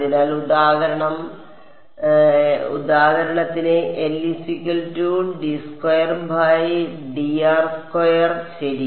അതിനാൽ ഉദാഹരണം ഉദാഹരണത്തിന് ശരി